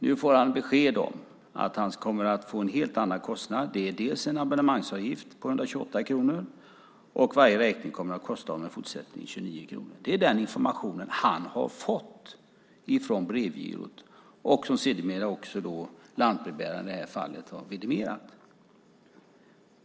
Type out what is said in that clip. Nu får han besked om att han kommer att få en helt annan kostnad. Dels är det en abonnemangsavgift på 128 kronor, dels kommer varje räkning i fortsättningen att kosta honom 29 kronor. Det är den information han har fått från Brevgirot och som sedermera också lantbrevbärarna har vidimerat.